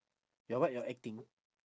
your what your acting